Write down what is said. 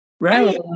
Right